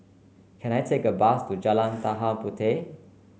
can I take a bus to Jalan Tanah Puteh